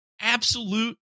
absolute